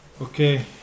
Okay